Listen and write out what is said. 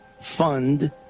fund